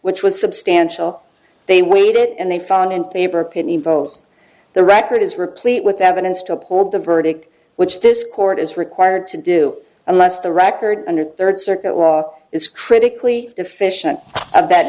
which was substantial they weighed it and they found in favor of pitney bowes the record is replete with evidence to uphold the verdict which this court is required to do unless the record under third circuit law is critically deficient of that